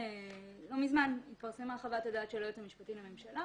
לא מזמן התפרסמה חוות דעת של היועץ המשפטי לממשלה